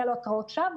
היו לו התראות שווא,